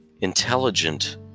intelligent